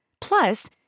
Plus